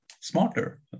smarter